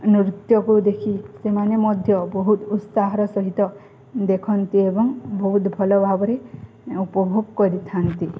ନୃତ୍ୟକୁ ଦେଖି ସେମାନେ ମଧ୍ୟ ବହୁତ ଉତ୍ସାହର ସହିତ ଦେଖନ୍ତି ଏବଂ ବହୁତ ଭଲଭାବରେ ଉପଭୋଗ କରିଥାନ୍ତି